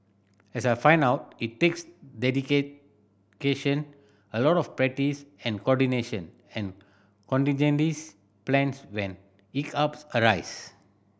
as I found out it takes a lot of practice and coordination and plans when hiccups arise